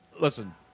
Listen